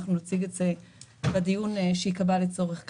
אנחנו נציג את זה בדיון שייקבע לצורך כך.